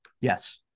Yes